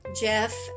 Jeff